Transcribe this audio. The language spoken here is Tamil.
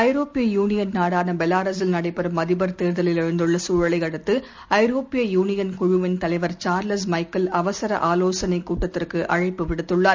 ஐரோப்பிய யூனியனின் நாடானபெலாரஸில் நடைபெறும் அதிபர் தேர்தலில் எழுந்துள்ளகுழலையடுத்துறரோப்பிய யூனியன் குழுவிள் தலைவர் சார்லஸ் மைக்கேல் அவசரஆலோசனைக் கூட்டத்திற்குஅழைப்பு விடுத்துள்ளார்